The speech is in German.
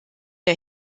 der